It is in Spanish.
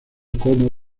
como